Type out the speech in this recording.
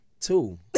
Two